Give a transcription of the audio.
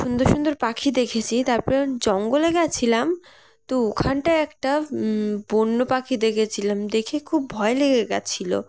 সুন্দর সুন্দর পাখি দেখেছি তারপরে জঙ্গলে গেছিলাম তো ওখানটায় একটা বন্য পাখি দেখেছিলাম দেখে খুব ভয় লেগে গেছিলো